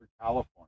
California